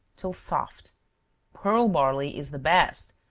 till soft pearl barley is the best,